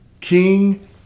King